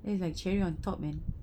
that is like cherry on top man